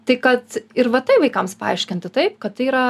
tai kad ir va tai vaikams paaiškinti taip kad tai yra